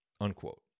unquote